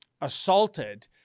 assaulted